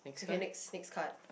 okay next next card